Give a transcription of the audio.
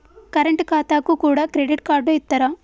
Current ఖాతాకు కూడా credit card ఇత్తరా?